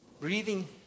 breathing